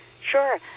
Sure